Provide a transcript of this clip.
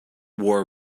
wore